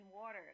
water